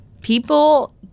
People